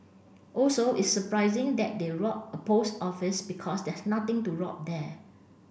also it's surprising that they robbed a post office because there's nothing to rob there